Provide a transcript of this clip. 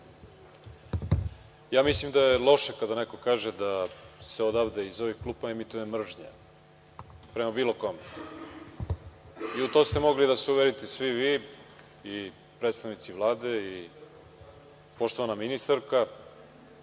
Ja mislim da je loše kada neko kaže da se odavde iz ovih klupa emituje mržnja prema bilo kome i u to ste mogli da se uverite svi vi i predstavnici Vlade i poštovana ministarka,